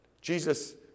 Jesus